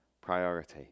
priority